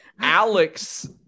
Alex